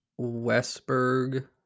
Westberg-